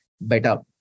better